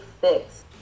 fix